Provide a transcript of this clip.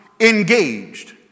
Engaged